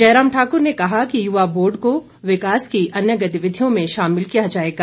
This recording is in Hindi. जयराम ठाक्र ने कहा कि युवा बोर्ड को विकास की अन्य गतिविधियों में शामिल किया जाएगा